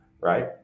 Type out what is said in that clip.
right